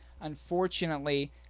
unfortunately